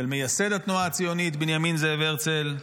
של מייסד התנועה הציונית בנימין זאב הרצל.